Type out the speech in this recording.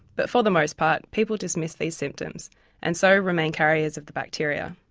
but for the most part people dismiss these symptoms and so remain carriers of the bacteria.